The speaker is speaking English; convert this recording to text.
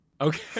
Okay